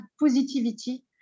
positivity